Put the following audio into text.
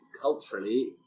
culturally